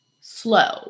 slow